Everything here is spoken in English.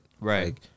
Right